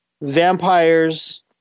vampires